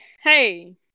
Hey